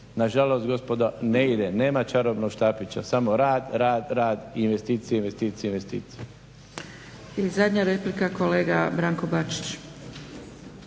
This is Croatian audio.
Nažalost gospodo ne ide, nema čarobnog štapića samo rad, rad, rad i investicije, investicije, investicije. **Zgrebec, Dragica (SDP)** I zadnja replika, kolega Branko Bačić.